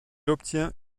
obtient